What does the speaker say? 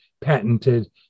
patented